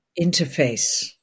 interface